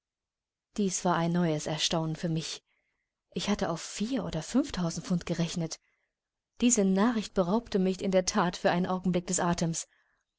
dies war ein neues erstaunen für mich ich hatte auf vier oder fünftausend pfund gerechnet diese nachricht beraubte mich in der that für einen augenblick des atems